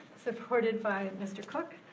supported by mr. cook.